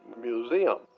museum